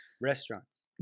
restaurants